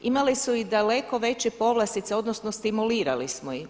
Imale su i daleko veće povlastice odnosno stimulirali smo ih.